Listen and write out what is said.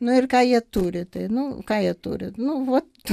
nu ir ką jie turi tai nu ką jie turi nu vot